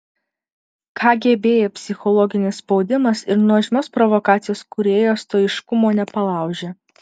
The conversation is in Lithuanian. kgb psichologinis spaudimas ir nuožmios provokacijos kūrėjo stoiškumo nepalaužė